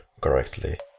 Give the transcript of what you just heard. correctly